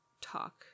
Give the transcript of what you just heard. talk